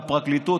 מהפרקליטות,